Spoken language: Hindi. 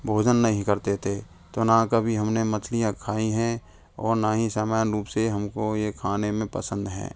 भोजन नहीं करते थे तो ना कभी हमने मछलियाँ खाईं हैं और ना ही समान रूप से हमको ये खाने में पसंद हैं